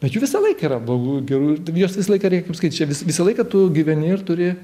bet jų visą laiką yra blogų gerų ir juos visą laiką reik vis visą laiką tu gyveni ir turi